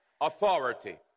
authority